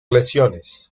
lesiones